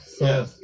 Yes